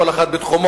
כל אחד בתחומו,